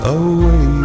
away